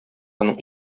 аның